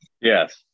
Yes